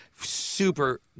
super